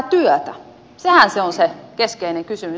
sehän se on se keskeinen kysymys